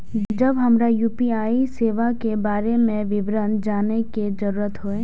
जब हमरा यू.पी.आई सेवा के बारे में विवरण जानय के जरुरत होय?